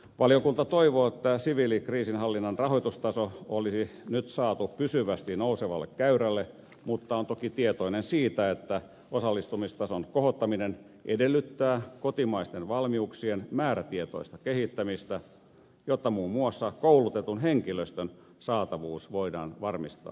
valiokunta toivoo että siviilikriisinhallinnan rahoitustaso olisi nyt saatu pysyvästi nousevalle käyrälle mutta on toki tietoinen siitä että osallistumistason kohottaminen edellyttää kotimaisten valmiuksien määrätietoista kehittämistä jotta muun muassa koulutetun henkilöstön saatavuus voidaan varmistaa